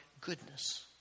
goodness